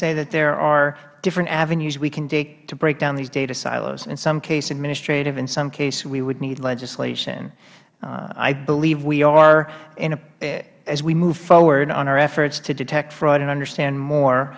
say that there are different avenues we can dig to break down these data silos in some case administrative and in some case we would need legislation i believe we are in a as we move forward on our efforts to detect fraud and understand more